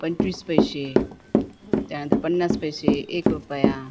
पंचवीस पैसे त्यानंतर पन्नास पैसे एक रुपया